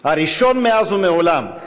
הראשון מאז ומעולם,